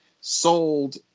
sold